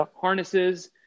harnesses